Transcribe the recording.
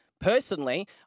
Personally